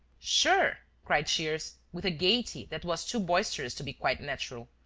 sure? cried shears, with a gaiety that was too boisterous to be quite natural.